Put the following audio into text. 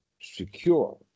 secure